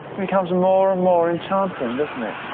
becomes more and more enchanting, doesn't it?